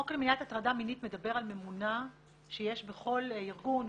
חוק למניעת הטרדה מינית מדבר על ממונה שיש בכל ארגון,